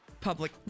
public